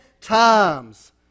times